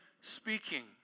speaking